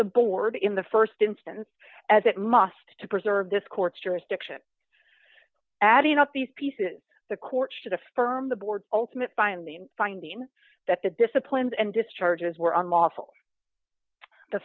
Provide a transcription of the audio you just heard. the board in the st instance as it must to preserve this court's jurisdiction adding up these pieces the court should affirm the board's ultimate binding finding that the disciplines and discharges were unlawful the